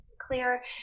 clear